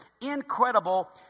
incredible